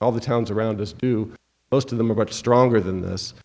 all the towns around us do most of them about stronger than this